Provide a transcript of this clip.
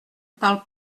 parle